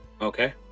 Okay